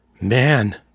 Man